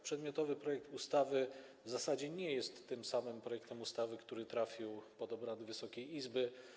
Przedmiotowy projekt ustawy zasadniczo nie jest tym samym projektem ustawy, który trafił pod obrady Wysokiej Izby.